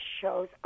shows